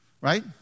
right